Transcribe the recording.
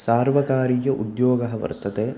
सार्वकारीय उद्योगः वर्तते